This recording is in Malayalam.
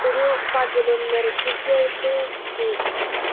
ഒരു പതിനൊന്നരക്കൊക്കെ ആയിട്ട് വേണ്ടിവരും